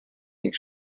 ning